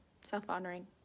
self-honoring